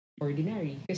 ordinary